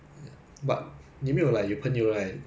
!aiyo! 这种人多得很 lah